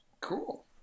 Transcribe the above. cool